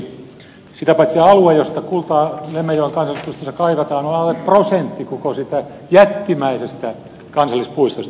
sitä paitsi se alue jolta kultaa lemmenjoen kansallispuistossa kaivetaan on alle prosentti koko siitä jättimäisestä kansallispuistosta